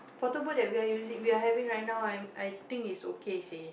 portable that we are using we are having right now I think it's okay say